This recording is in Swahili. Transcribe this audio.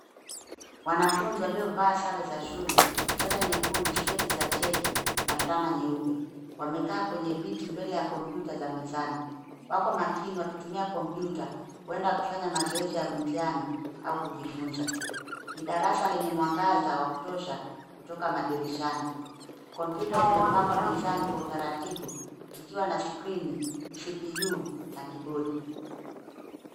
Wanafunzi waliovaa sare za shule, sweta nyekundu, sketi za cheki na fulana nyeupe wamekaa kwenye viti mbele ya komputa za mezani. Wako makini wakitumia komputa huenda wakifanya mazoezi ya mitihani au kujifunza. Ni darasa lenye mwangaza wa kutosha kutoka madirishani. Komputa zimepangwa mezani kwa utaratibu zikiwa na skrini, CPU na kibodi.